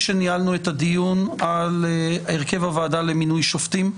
שניהלנו את הדיון על הרכב הוועדה למינוי שופטים.